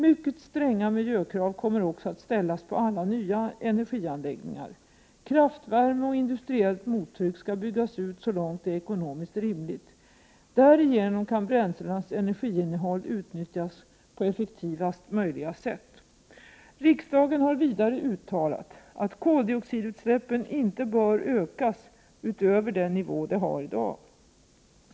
Mycket stränga miljökrav kommer också att ställas på alla nya energianläggningar. Kraftvärme och industriellt mottryck skall byggas ut så långt det är ekonomiskt rimligt. Därigenom kan bränslenas energiinnehåll utnyttjas på effektivaste möjliga sätt. Riksdagen har vidare uttalat att koldioxidutsläppen inte bör ökas utöver den nivå de har i dag.